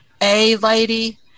A-lady